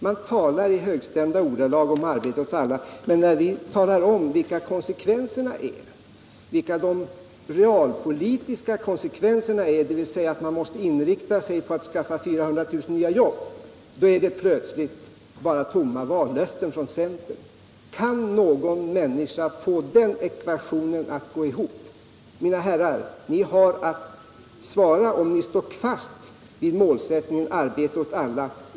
Man talar i högstämda ordalag om den, men när vi talar om vilka de realpolitiska konsekvenserna är, dvs. att man måste inrikta sig på att skaffa 400 000 nya jobb, är det plötsligt bara tomma vallöften från centern. Kan någon människa få den ekvationen att gå ihop? Mina herrar! Ni har att svara på om ni står fast vid målsättningen arbete åt alla.